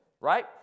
right